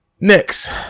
Next